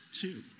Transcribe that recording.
Two